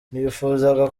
nifuzaga